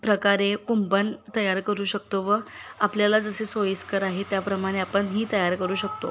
प्रकारे कुंपण तयार करू शकतो व आपल्याला जसे सोईस्कर आहे त्याप्रमाणे आपणही तयार करू शकतो